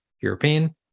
European